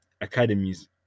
academies